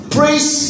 Praise